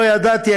לא ידעתי,